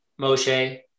Moshe